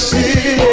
City